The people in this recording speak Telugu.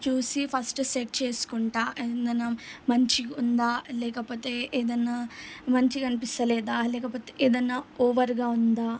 చూసి ఫస్ట్ సెట్ చేసుకుంటాను ఏందంటే మంచిగుందా లేకపోతే ఏదన్నా మంచికనిపిస్తలేదా లేకపోతే ఏదన్నా ఓవర్గా ఉందా